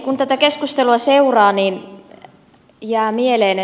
kun tätä keskustelua seuraa niin jää mieleen